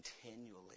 continually